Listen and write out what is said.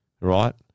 right